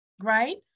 right